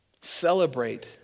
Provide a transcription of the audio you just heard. Celebrate